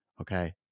Okay